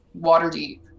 Waterdeep